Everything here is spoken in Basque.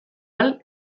ahal